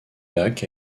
lac